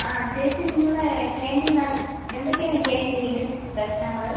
ആ ചേച്ചി നിങ്ങളുടെ കാൻ്റീൻ എന്തൊക്കെയാണ് കാൻ്റീനിൽ ഭക്ഷണങ്ങൾ